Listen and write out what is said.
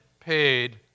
paid